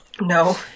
no